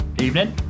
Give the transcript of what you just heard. Evening